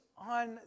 On